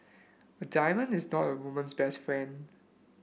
a diamond is not a woman's best friend